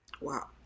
Wow